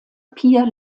pia